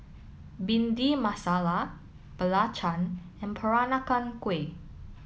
Bhindi Masala Belacan and Peranakan Kueh